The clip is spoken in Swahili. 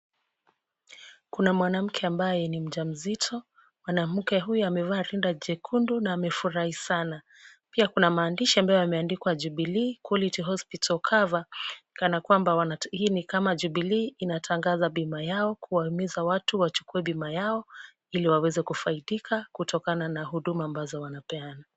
Kuna mwanamke ambaye ni mjamzito. Mwanamke huyu amevaa rinda jekundu na amefurahi sana. Pia kuna maandishi ambayo yameandikwa Jubilee Quality Hospital Cover kana kwamba hii ni kama Jubilee inatangaza bima yao kuwahimiza watu wachukue bima yao ili waweze kufaidika kutokana na huduma ambazo wanapeana.